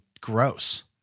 gross